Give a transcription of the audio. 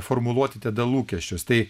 formuluoti tada lūkesčius tai